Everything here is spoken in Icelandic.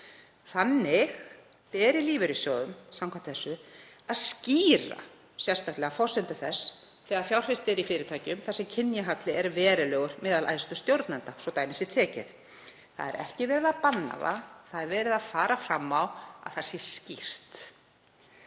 Þannig beri lífeyrissjóðum samkvæmt þessu að skýra sérstaklega forsendur þess þegar fjárfest er í fyrirtækjum þar sem kynjahalli er verulegur meðal æðstu stjórnenda, svo dæmi sé tekið. Það er ekki verið að banna það, verið er að fara fram á að það sé skýrt.